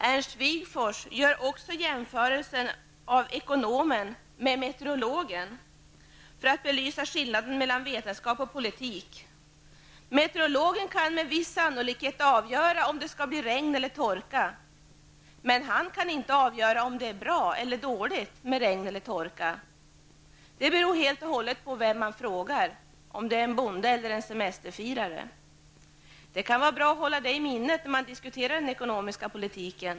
Ernst Wigforss jämför också ekonomen med meteorologen för att belysa skillnaden mellan vetenskap och politik. Meteorologen kan med en viss sannolikhet avgöra om det skall bli regn eller torka. Men han kan inte avgöra vilket som är bra eller dåligt. Det beror helt och hållet på vem man frågar, om det är en bonde eller en semesterfirare. Det kan vara bra att hålla detta i minnet när man diskuterar den ekonomiska politiken.